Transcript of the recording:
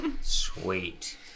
Sweet